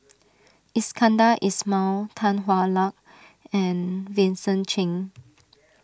Iskandar Ismail Tan Hwa Luck and Vincent Cheng